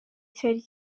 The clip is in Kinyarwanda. cyari